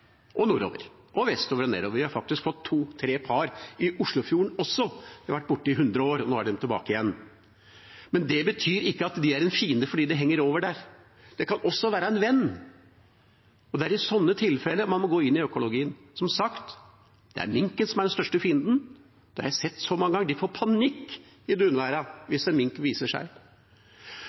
og nordover, vestover og nedover. Vi har faktisk fått to–tre par i Oslofjorden også – de har vært borte i hundre år, og nå er de tilbake igjen. Men det betyr ikke at de er en fiende fordi de henger over der. De kan også være en venn, og det er i sånne tilfeller man må gå inn i økologien. Som sagt, det er minken som er den største fienden. Det har jeg sett så mange ganger. De får panikk i dunværa hvis en mink viser seg.